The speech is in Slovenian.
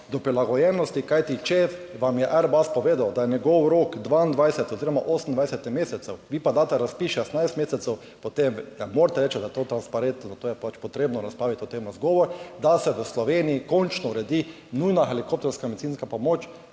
do prilagojenosti, kajti če vam je Airbus povedal, da je njegov rok 22 oziroma 28 mesecev, vi pa daste razpis za 16 mesecev, potem ne morete reči, da je to transparentno, zato je pač potrebno razpravljati o tem, da se v Sloveniji končno uredi nujna helikopterska medicinska pomoč,